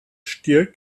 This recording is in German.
stier